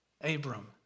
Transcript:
Abram